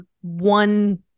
one